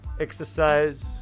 exercise